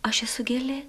aš esu gėlė